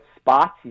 spots